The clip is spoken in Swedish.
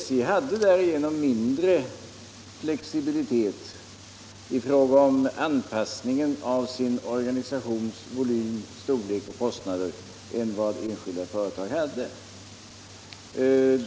SJ hade därigenom mindre flexibilitet i fråga om anpassningen av sin organisations volym och kostnader än vad enskilda företag hade.